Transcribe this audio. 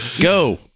go